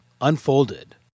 unfolded